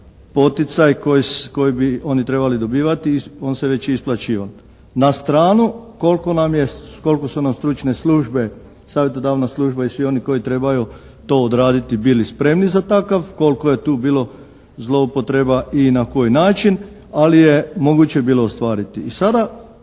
poticaj koji bi oni trebali dobivati i on se već isplaćivao. Na stranu koliko su nam stručne službe, savjetodavna služba i svi oni koji trebaju to odraditi bili spremni za takav, koliko je tu bilo zloupotreba i na koji način, ali je moguće bilo ostvariti.